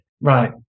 Right